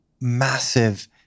massive